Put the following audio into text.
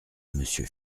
monsieur